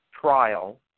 trial